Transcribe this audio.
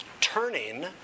Turning